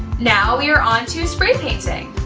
now, we are on to spray-painting!